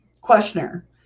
Questioner